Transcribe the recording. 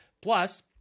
Plus